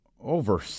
over